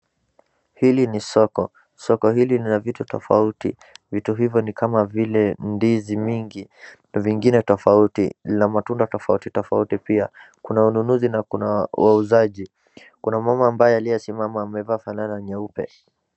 Hili ni soko, soko hili lina vitu tofauti. Vitu hivo ni kama vile ndizi mingi, vitu vingine tofauti, kuna matunda tofauti tofauti pia. Kuna ununuzi na wauzaji, kuna mama aliyesimama amevaa fulana nyeupe.